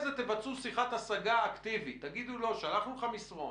אלף שיחות.